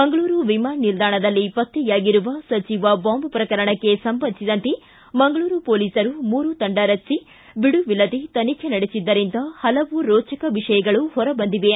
ಮಂಗಳೂರು ವಿಮಾನ ನಿಲ್ದಾಣದಲ್ಲಿ ಪತ್ತೆಯಾಗಿರುವ ಸಜೀವ ಬಾಂಬ್ ಪ್ರಕರಣಕ್ಕೆ ಸಂಬಂಧಿಸಿದಂತೆ ಮಂಗಳೂರು ಪೊಲೀಸರು ಮೂರು ತಂಡ ರಚಿಸಿ ಬಿಡುವಿಲ್ಲದೆ ತನಿಖೆ ನಡೆಸಿದ್ದರಿಂದ ಪಲವು ರೋಚಕ ವಿಷಯಗಳು ಹೊರಬಂದಿವೆ